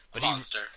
monster